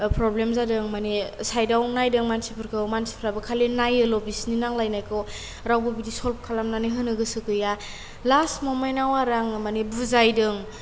problem जादों माने साइडाव नायदों मानसिफोरखौ मानसिफ्राबो खालि नायोल' बिसिनि नांलायनायखौ रावबो बिदि सल्भ खालामनानै होनो गोसो गैया लास ममेनाव आरो आङो माने बुजायदों